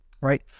right